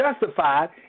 justified